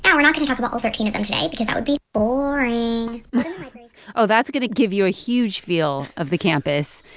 and we're not going to talk about all thirteen of them today because that would be boring oh, that's going to give you a huge feel of the campus.